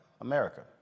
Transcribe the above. America